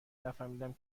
نفهمیدم